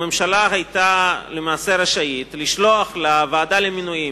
הממשלה היתה רשאית לשלוח לוועדה למינויים,